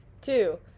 Two